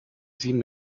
sie